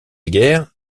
guerre